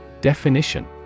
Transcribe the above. Definition